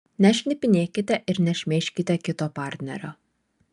nešnipinėkite ir nešmeižkite kito partnerio